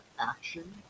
action